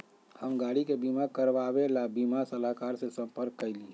हम गाड़ी के बीमा करवावे ला बीमा सलाहकर से संपर्क कइली